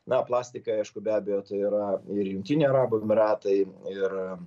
na plastikai aišku be abejo tai yra ir jungtinių arabų emyratai ir